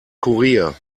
kurier